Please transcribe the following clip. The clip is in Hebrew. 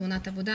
תאונת עבודה,